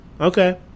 Okay